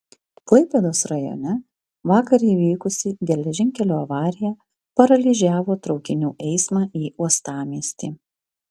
klaipėdos rajone vakar įvykusi geležinkelio avarija paralyžiavo traukinių eismą į uostamiestį